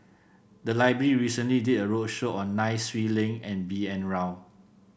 the library recently did a roadshow on Nai Swee Leng and B N Rao